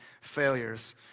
failures